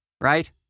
right